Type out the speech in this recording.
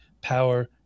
power